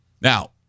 Now